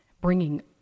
bringing